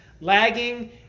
Lagging